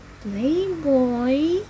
playboy